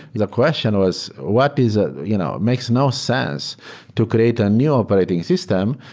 the question was what is ah you know it makes no sense to create a new operating system,